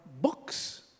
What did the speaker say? books